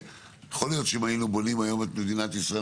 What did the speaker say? יכול להיות שאם היינו בונים היום את מדינת ישראל